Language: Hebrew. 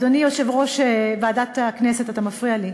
אדוני יושב-ראש ועדת הכנסת, אתה מפריע לי.